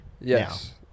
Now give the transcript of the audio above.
Yes